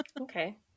Okay